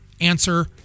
answer